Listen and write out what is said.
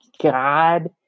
God